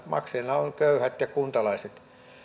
maksajina ovat köyhät ja kuntalaiset